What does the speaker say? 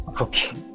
Okay